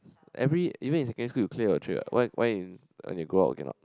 every even in secondary school you clear your tray what why why when you go out you cannot